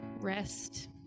rest